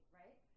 right